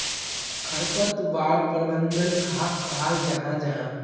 खरपतवार प्रबंधन कहाक कहाल जाहा जाहा?